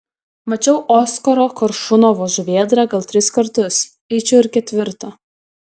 mačiau oskaro koršunovo žuvėdrą gal tris kartus eičiau ir ketvirtą